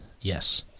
Yes